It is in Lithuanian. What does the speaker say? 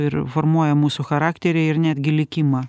ir formuoja mūsų charakterį ir netgi likimą